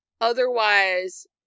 otherwise